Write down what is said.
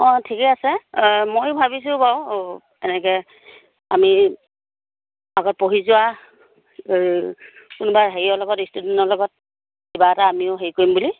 অঁ ঠিকে আছে মইও ভাবিছোঁ বাৰু এনেকে আমি আগত পঢ়ি যোৱা এই কোনোবা হেৰিৰ লগত ষ্টুডেণ্টৰ লগত কিবা এটা আমিও হেৰি কৰিম বুলি